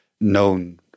known